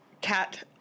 Cat